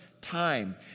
time